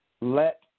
Let